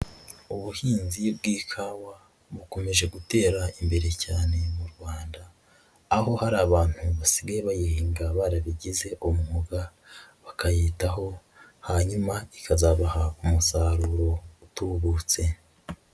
Ubuhinzi bw'ikawa bukomeje gutera imbere cyane mu Rwanda, aho hari abantu basigaye bayihinga barabigize umwuga bakayitaho, hanyuma ikazabaha umusaruro utubutse.